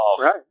Right